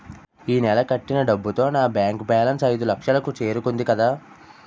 ఈ నెల కట్టిన డబ్బుతో నా బ్యాంకు బేలన్స్ ఐదులక్షలు కు చేరుకుంది కదా